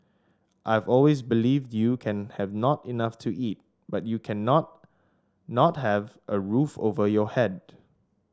I've always believed you can have not enough to eat but you cannot not have a roof over your head